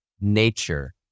nature